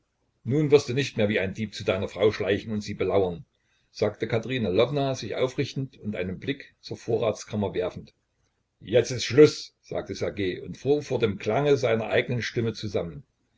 nun wirst du nicht mehr wie ein dieb zu deiner frau schleichen und sie belauern sagte katerina lwowna sich aufrichtend und einen blick zur vorratskammer werfend jetzt ist schluß sagte ssergej und fuhr vor dem klange seiner eigenen stimme zusammen